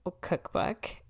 cookbook